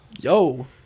Yo